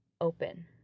open